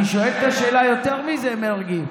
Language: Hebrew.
אני שואל את השאלה יותר מזה, מרגי.